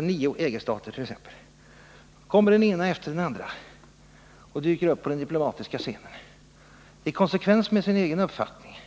de nio EG-staterna Om förhållandena — dyker upp, det ena efter det andra, på den diplomatiska scenen. I —; Mellanöstern konsekvens med sin egen uppfattning